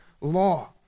law